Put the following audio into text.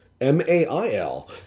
m-a-i-l